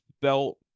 belt